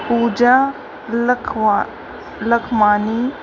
पूजा लख लखमानी